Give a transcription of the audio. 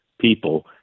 people